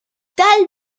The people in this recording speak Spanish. tal